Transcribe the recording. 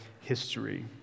history